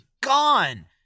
gone